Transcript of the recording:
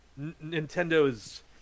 Nintendo's